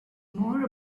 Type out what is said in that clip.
more